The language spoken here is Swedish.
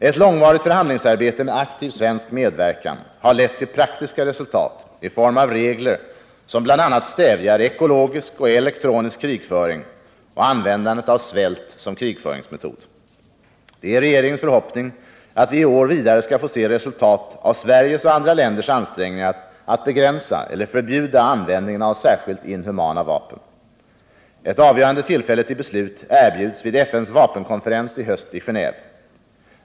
Ett långvarigt förhandlingsarbete med aktiv svensk medverkan har lett till praktiska resultat i form av regler, som bl.a. stävjar ekologisk och elektronisk krigföring och användandet av svält som krigföringsmetod. Det är regeringens förhoppning att vi i år vidare skall få se resultat av Sveriges och andra länders ansträngningar att begränsa eller förbjuda användningen av särskilt inhumana vapen. Ett avgörande tillfälle till beslut erbjuds vid FN:s vapenkonferens i höst i Genéve.